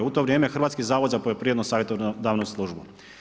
U to vrijeme Hrvatski zavod za poljoprivredno savjetodavnu službu.